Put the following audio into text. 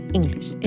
English